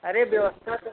अरे व्यवस्था तो